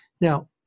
Now